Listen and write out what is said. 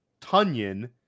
Tunyon